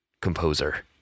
composer